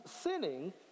sinning